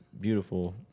beautiful